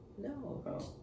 No